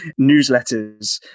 newsletters